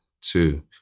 two